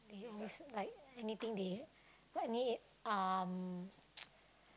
so it's like anything they like any um